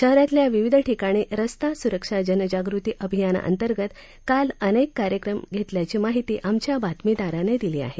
शहरातल्या विविध ठिकाणी रस्ता सुरक्षा जनजागृती अभियानाअंतर्गत काल अनेक कार्यक्रम घेतल्याची माहिती आमच्या बातमीदारानं दिली आहे